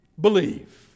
believe